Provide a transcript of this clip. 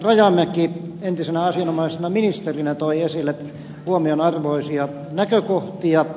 rajamäki entisenä asianomaisena ministerinä toi esille huomionarvoisia näkökohtia